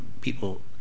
people